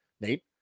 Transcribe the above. Nate